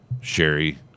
Sherry